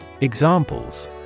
Examples